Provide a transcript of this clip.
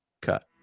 cut